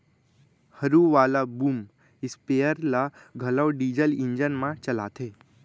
हरू वाला boom sprayer ल घलौ डीजल इंजन म चलाथें